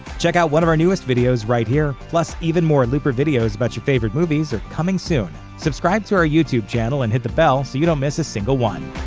check out one of our newest videos right here! plus, even more looper videos about your favorite movies are coming soon. subscribe to our youtube channel and hit the bell so you don't miss a single one.